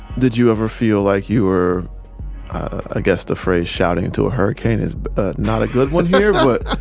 did you ever feel like you were i guess the phrase shouting into a hurricane is not a good one here. but